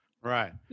Right